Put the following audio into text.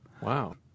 Wow